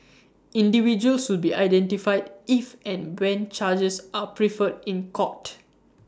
individuals will be identified if and when charges are preferred in court